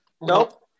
nope